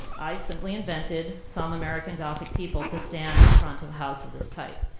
i simply invented some american gothic people to stand in front of a house of this type.